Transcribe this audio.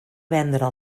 vendre